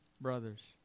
brothers